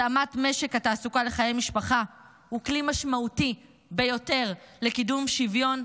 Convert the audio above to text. התאמת שוק התעסוקה לחיי משפחה היא כלי משמעותי ביותר לקידום שוויון,